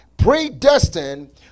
Predestined